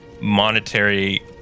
monetary